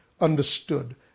understood